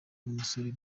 n’umusore